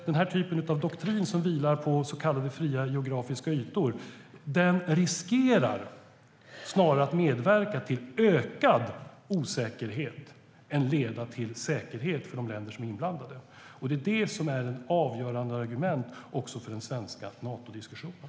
Den typen av doktrin som vilar på så kallade fria geografiska ytor riskerar snarare att medverka till ökad osäkerhet än att leda till säkerhet för inblandade länder. Det är det avgörande argumentet också för den svenska Natodiskussionen.